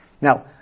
Now